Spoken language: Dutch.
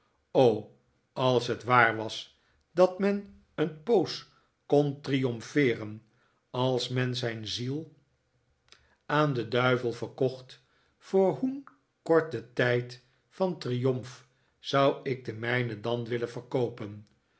o als het waar was dat men een poos kon triomfeeren als men zijn ziel aan den duivel verkocht voor hoe n korten tijd van triomf zou ik de mijne dan willen verkoopen